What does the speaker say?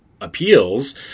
appeals